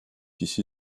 ici